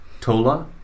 Tola